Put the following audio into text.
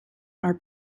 our